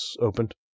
opened